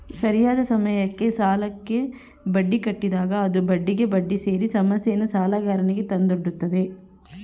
ಸರಿಯಾದ ಸಮಯಕ್ಕೆ ಸಾಲಕ್ಕೆ ಬಡ್ಡಿ ಕಟ್ಟಿದಾಗ ಅದು ಬಡ್ಡಿಗೆ ಬಡ್ಡಿ ಸೇರಿ ಸಮಸ್ಯೆಯನ್ನು ಸಾಲಗಾರನಿಗೆ ತಂದೊಡ್ಡುತ್ತದೆ